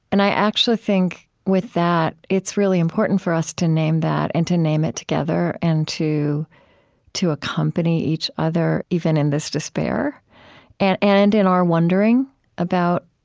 and i actually think, with that, it's really important for us to name that and to name it together and to to accompany each other, even in this despair and and in our wondering about